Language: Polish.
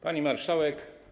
Pani Marszałek!